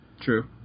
True